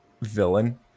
villain